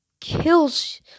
kills